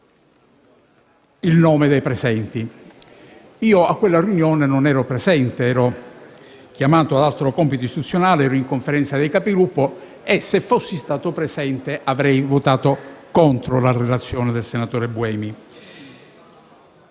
il nome dei presenti. A quella riunione io non ero presente, essendo impegnato in altro compito istituzionale (ero in Conferenza dei Capigruppo). E, se fossi stato presente, avrei votato contro la relazione del senatore Buemi,